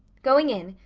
going in,